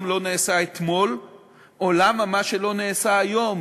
לא נעשה אתמול או למה מה שלא נעשה היום